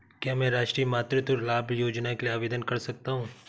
क्या मैं राष्ट्रीय मातृत्व लाभ योजना के लिए आवेदन कर सकता हूँ?